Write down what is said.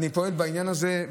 אני פועל בעניין הזה,